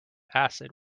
acid